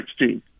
2016